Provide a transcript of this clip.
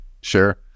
Sure